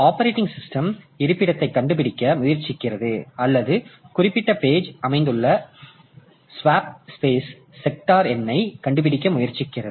operating system இருப்பிடத்தைக் கண்டுபிடிக்க முயற்சிக்கிறது அல்லது குறிப்பிட்ட பேஜ் அமைந்துள்ள ஸ்வாப்பு ஸ்பேஸ் இன் செக்டார் எண்ணைக் கண்டுபிடிக்க முயற்சிக்கிறது